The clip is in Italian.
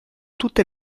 tutte